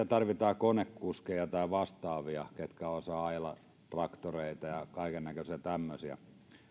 tarvitaan esimerkiksi konekuskeja tai vastaavia ketkä osaavat ajella traktoreita ja kaikennäköisiä tämmöisiä